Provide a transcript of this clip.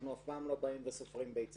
אנחנו אף פעם לא באים וסופרים ביצים